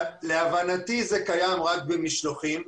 להבנתי זה קיים רק במשלוחים,